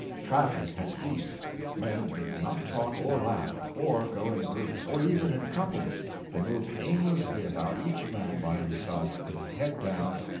traffic had ceased men did not talk or laugh, or go in groups, or even in couples they moved aimlessly about, each man by himself, with his head down,